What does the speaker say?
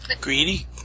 Greedy